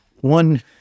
One